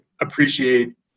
appreciate